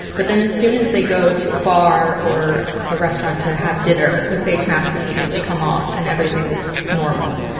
but then as soon as they go to a bar or a restaurant to have dinner, the face masks immediately come off. and everything is normal.